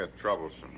troublesome